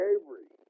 Avery